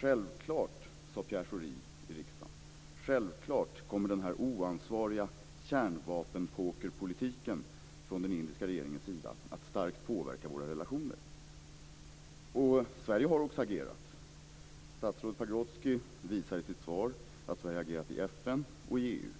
Självklart, sade Pierre Schori i riksdagen, kommer den här oansvariga kärnvapenpokerpolitiken från den indiska regeringens sida att starkt påverka våra relationer. Sverige har också reagerat. Statsrådet Pagrotsky har visat i sitt svar att Sverige har agerat i FN och i EU,